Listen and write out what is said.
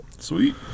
sweet